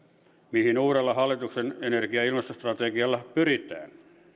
mihin uudella hallituksen energia ja ilmastostrategialla pyritään